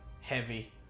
heavy